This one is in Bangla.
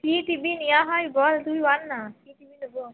কী টি ভি নেওয়া হয় বল তুই বল না কী টি ভি নেব